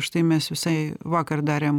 štai mes visai vakar darėm